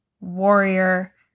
warrior